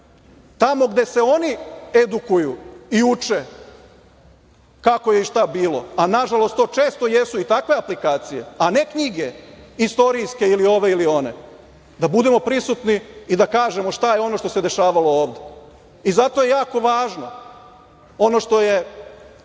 tamo gde se oni edukuju i uče kako je i šta bilo, a nažalost to često i jesu takve aplikacije, a ne knjige istorijske ove ili one, da budemo prisutni i da kažemo šta je ono što se dešavalo ovde. Zato je jako važno ono što se